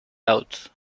out